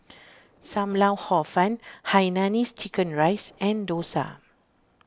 Sam Lau Hor Fun Hainanese Chicken Rice and Dosa